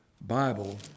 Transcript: Bible